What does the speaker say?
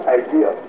idea